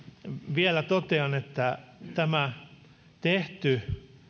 vielä totean että tämä tehty